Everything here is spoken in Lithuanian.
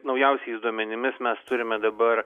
naujausiais duomenimis mes turime dabar